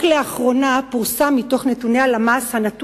רק לאחרונה פורסם בנתוני הלשכה המרכזית לסטטיסטיקה